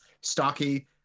stocky